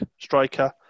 striker